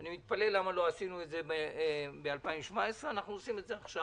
אני מתפלא למה לא עשינו את זה בשנת 2017. אנחנו עושים את זה עכשיו.